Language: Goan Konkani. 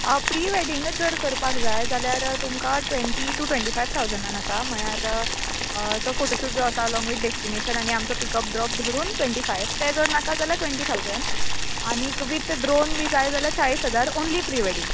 प्रिवेडींगच जर करपाक जाय जाल्यार तुमकां ट्वेन्टी टू ट्वेन्टी फाय थावजंनान आसा म्हळ्यार तो फोटो शूट जो आसा तो अलोंग वीत डेशटीनेशन आनी आमचो पीक अप ड्रोप धरून ट्वेन्टी फाय तें जर नाका जाल्यार ट्वेन्टी थावजंन आनी वीत ड्रोन बीन जाय जाल्यार चाळीस हजार ऑनली प्रिवेडींग